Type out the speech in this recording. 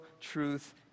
truth